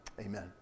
amen